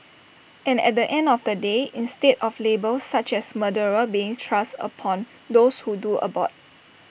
and at the end of the day instead of labels such as murderer being thrust upon those who do abort